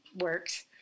works